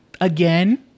Again